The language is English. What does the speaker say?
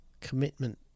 commitment